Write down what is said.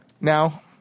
Now